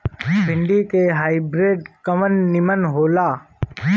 भिन्डी के हाइब्रिड कवन नीमन हो ला?